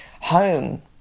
home